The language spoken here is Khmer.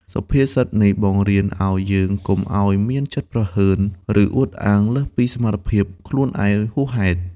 សុភាសិតនេះបង្រៀនឱ្យយើងកុំឱ្យមានចិត្តព្រហើន ឬអួតអាងលើសមត្ថភាពខ្លួនឯងហួសហេតុ។